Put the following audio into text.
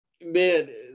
Man